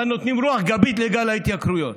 אבל נותנים רוח גבית לגל ההתייקרויות.